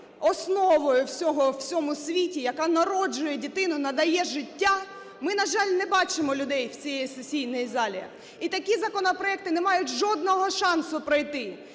основою всього у всьому світі, яка народжує дитину, надає життя, ми, на жаль, не бачимо людей в цій сесійній залі. І такі законопроекти не мають жодного шансу пройти.